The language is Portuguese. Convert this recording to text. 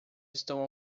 estão